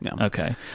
Okay